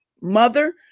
mother